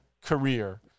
career